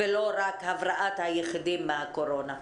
ולא רק הבראת היחידים מהקורונה.